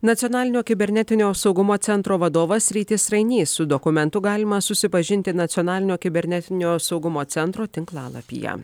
nacionalinio kibernetinio saugumo centro vadovas rytis rainys su dokumentu galima susipažinti nacionalinio kibernetinio saugumo centro tinklalapyje